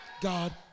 God